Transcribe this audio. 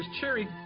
cherry